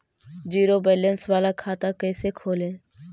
Zero balance बाला खाता कैसे खोले?